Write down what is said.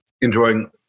enjoying